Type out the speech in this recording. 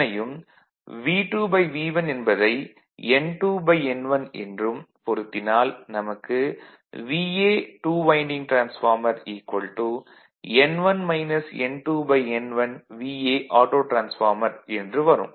இதனையும் V2V1 என்பதை N2N1 என்றும் பொருத்தினால் நமக்கு TW N1 N2N1auto என்று வரும்